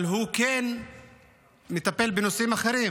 אבל הוא כן מטפל בנושאים אחרים